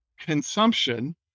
consumption